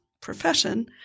profession